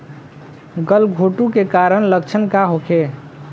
गलघोंटु के कारण लक्षण का होखे?